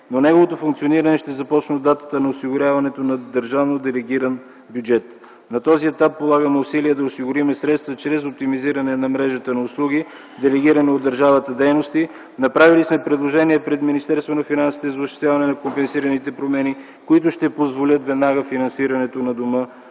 но неговото функциониране ще започне от датата на осигуряването на държавно делегиран бюджет. На този етап полагаме усилия да осигурим средства чрез активизиране на мрежата от услуги, делегирани от държавата дейности. Направили сме предложение пред Министерството на финансите за осъществяване на компенсираните промени, които ще позволят веднага финансирането на дома,